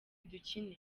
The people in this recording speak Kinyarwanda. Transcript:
dukine